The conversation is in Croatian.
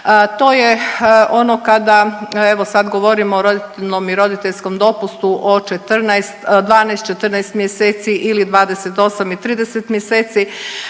To je ono kada, evo sad govorimo o rodiljnom i roditeljskom dopustu od 14, 12, 14 mjeseci ili 28 i 30 mjeseci,